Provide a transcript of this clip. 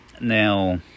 now